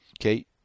Okay